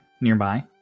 nearby